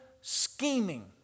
scheming